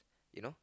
you know